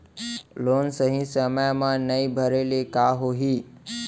Loan सही समय मा नई भरे ले का होही?